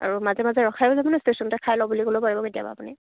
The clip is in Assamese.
আৰু মাজে মাজে ৰখাইও যাব নহয় ষ্টেচনতে খাই লও বুলি ক'লেও পাৰিব কেতিয়াবা আপুনি